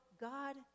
God